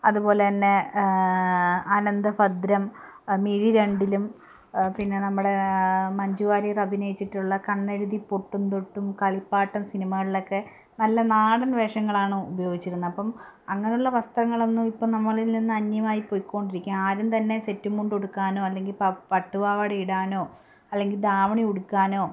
അതുപോലെ തന്നെ അനന്ദഭദ്രം മിഴി രണ്ടിലും പിന്നെ നമ്മുടെ മഞ്ചുവാര്യർ അഭിനയിച്ചിട്ടുള്ള കണ്ണെഴുതി പൊട്ടും തൊട്ടും കളിപ്പാട്ടം സിനിമകളിലൊക്കെ നല്ല നാടൻ വേഷങ്ങളാണ് ഉപയോഗിച്ചിരുന്നത് അപ്പം അങ്ങനെയുള്ള വസ്ത്രങ്ങളൊന്നും ഇപ്പം നമ്മളിൽ നിന്ന് അന്യമായി പൊയ്ക്കൊണ്ടിരിക്കുക ആരും തന്നെ സെറ്റ് മുണ്ട് ഉടുക്കാനോ അല്ലെങ്കിൽ പ പട്ടുപാവാട ഇടാനോ അല്ലെങ്കിൽ ദാവണി ഉടുക്കാനോ